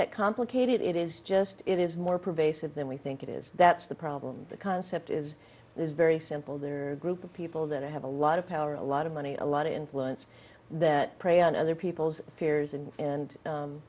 that complicated it is just it is more pervasive than we think it is that's the problem the concept is is very simple there group of people that have a lot of power a lot of money a lot of influence that prey on other people's fears and and